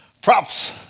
Props